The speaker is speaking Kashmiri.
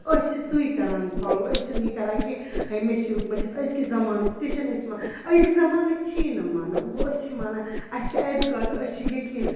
أسۍ چھِ سُے کَران فالو أسۍ چھِنہٕ یہِ کَران کینٛہہ ہَے مےٚ چھُ بہٕ چھَس أزۍکہِ زمانٕچ تہِ چھِنہٕ أسۍ مہ اَزِکۍ زمانٕکۍ چھی نہٕ مانان وۄنۍ گوٚو أسۍ چھِ مانان اَسہِ چھُ اعتقاد أسۍ چھِ یقیٖن